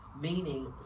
meaning